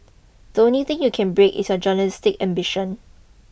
the only thing you can break is your journalistic ambition